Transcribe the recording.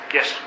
Yes